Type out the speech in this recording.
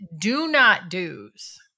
do-not-dos